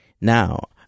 now